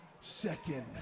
second